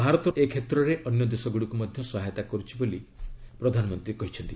ଭାରତର ଏକ୍ଷେତ୍ରରେ ଅନ୍ୟ ଦେଶଗୁଡ଼ିକୁ ମଧ୍ୟ ସହାୟତା କରୁଛି ବୋଲି ପ୍ରଧାନମନ୍ତ୍ରୀ କହିଛନ୍ତି